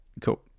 cool